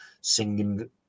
singing